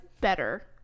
better